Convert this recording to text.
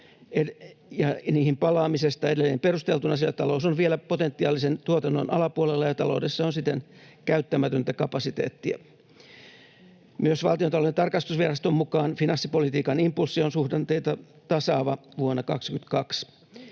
niihin palaamisesta edelleen perusteltuna, sillä talous on vielä potentiaalisen tuotannon alapuolella ja taloudessa on siten käyttämätöntä kapasiteettia. Myös Valtiontalouden tarkastusviraston mukaan finanssipolitiikan impulssi on suhdanteita tasaava vuonna 22.